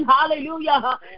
Hallelujah